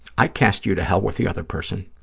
i'd cast you to hell with the other person.